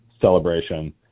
celebration